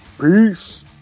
Peace